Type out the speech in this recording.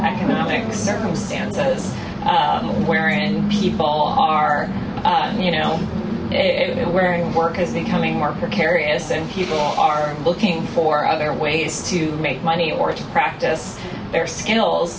economic circumstances wherein people are you know it wearing work as becoming more precarious and people are looking for other ways to make money or to practice their skills